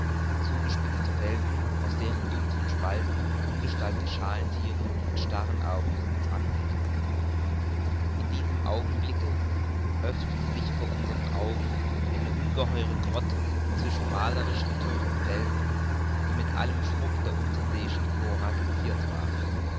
zugespitzte felsen aus deren dunkeln spalten ungestaltete schalthiere mit starren augen uns anblickten in diesem augenblicke öffnete sich vor unsern augen eine ungeheure grotte zwischen malerisch gethürmten felsen die mit allem schmuck der unterseeischen flora geziert waren